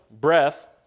breath